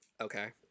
Okay